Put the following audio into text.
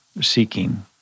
seeking